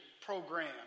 program